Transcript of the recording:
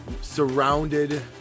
surrounded